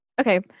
okay